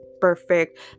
perfect